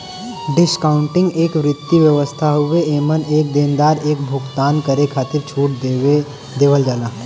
discounting एक वित्तीय व्यवस्था हउवे एमन एक देनदार एक भुगतान करे खातिर छूट देवल जाला